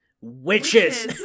Witches